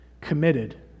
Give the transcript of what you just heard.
committed